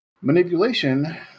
Manipulation